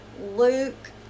Luke